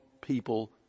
people